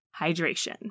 hydration